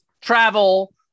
travel